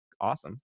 awesome